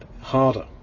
harder